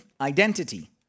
identity